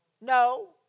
No